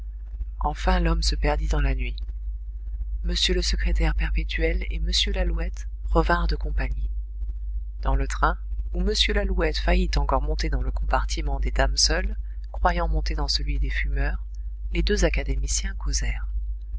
enfin l'homme se perdit dans la nuit m le secrétaire perpétuel et m lalouette revinrent de compagnie dans le train où m lalouette faillit encore monter dans le compartiment des dames seules croyant monter dans celui des fumeurs les deux académiciens